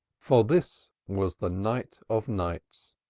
for this was the night of nights,